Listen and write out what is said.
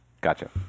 Gotcha